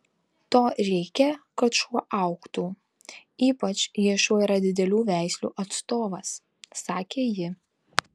to reikia kad šuo augtų ypač jei šuo yra didelių veislių atstovas sakė ji